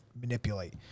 manipulate